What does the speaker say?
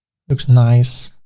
looks nice.